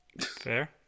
Fair